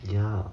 ya